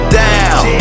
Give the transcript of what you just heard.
down